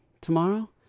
tomorrow